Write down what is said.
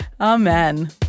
Amen